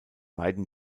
meiden